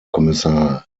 kommissar